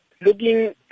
Looking